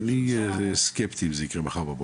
אני סקפטי אם זה יקרה מחר בבוקר,